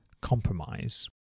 compromise